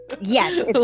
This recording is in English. Yes